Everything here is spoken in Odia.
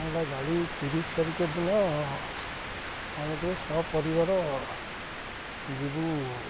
ଆମର ଗୋଟେ ଗାଡ଼ି ତିରିଶ ତାରିଖ ଦିନ ଆମେ ଟିକେ ସପରିବାର ଯିବୁ